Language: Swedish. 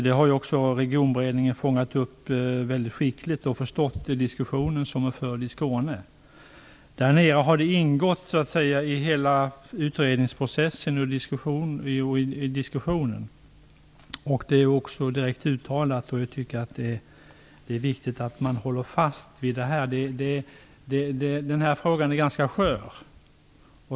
Det har också Regionberedningen fångat upp mycket skickligt. Man har förstått den diskussion som förts i Skåne. Där nere har detta så att säga ingått i hela utredningsprocessen och i diskussionen. Det är också direkt uttalat. Jag tycker att det är viktigt att man håller fast vid detta. Den här frågan är ganska skör.